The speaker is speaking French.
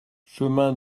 chemin